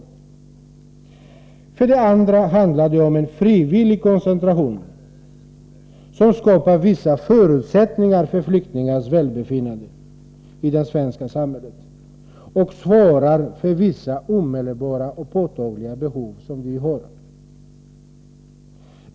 Torsdagen den För det andra handlar det om en frivillig koncentration, som skapar vissa 10 maj 1984 förutsättningar för flyktingars välbefinnande i det svenska samhället och svarar mot vissa omedelbara och påtagliga behov.